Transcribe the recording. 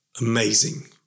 amazing